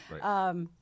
right